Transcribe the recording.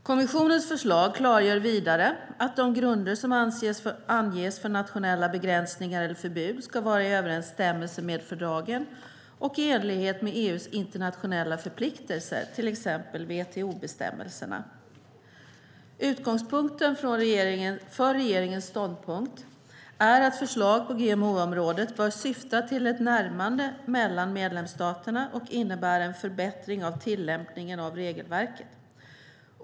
Kommissionens förslag klargör vidare att de grunder som anges för nationella begränsningar eller förbud ska vara i överensstämmelse med fördragen och i enlighet med EU:s internationella förpliktelser, till exempel WTO-bestämmelserna. Utgångspunkten för regeringens ståndpunkt är att förslag på GMO-området bör syfta till ett närmande mellan medlemsstaterna och innebära en förbättring av tillämpningen av regelverket.